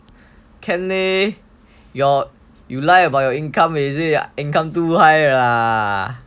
can leh your you lie about your income is it or income too high lah